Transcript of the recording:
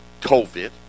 COVID